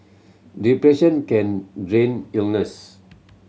depression can drain illness